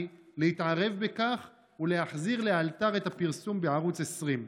להתערב בכך ולהחזיר לאלתר את הפרסום בערוץ 20?